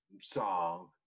song